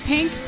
Pink